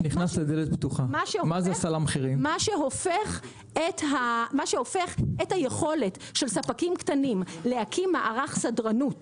מה שהופך את היכולת של הספקים הקטנים להקים מערך סדרנות